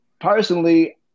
personally